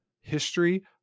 history